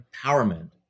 empowerment